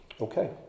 okay